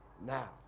now